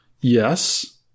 Yes